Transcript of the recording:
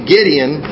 Gideon